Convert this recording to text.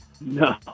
No